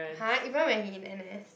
!huh! even when he in n_s